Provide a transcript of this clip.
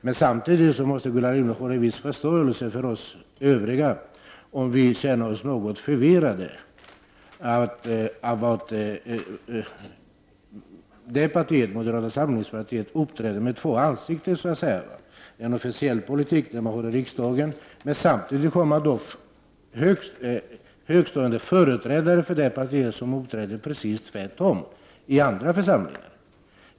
Men samtidigt måste Gullan Lindblad ha en viss förståelse för oss övriga, om vi känner oss något förvirrade av att moderata samlingspartiet så att säga uppträder med två ansikten. Man har en officiell politik i riksdagen, men samtidigt finns det framstående företrädare för partiet som uppträder precis tvärtom i andra församlingar.